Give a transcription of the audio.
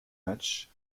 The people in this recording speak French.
matchs